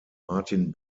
martin